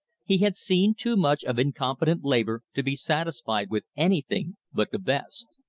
he had seen too much of incompetent labor to be satisfied with anything but the best.